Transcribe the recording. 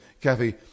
Kathy